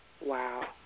Wow